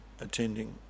attending